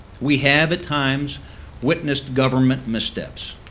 we have at times witnessed government missteps.